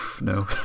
No